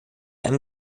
einem